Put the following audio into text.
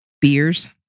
Beers